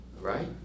right